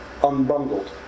unbundled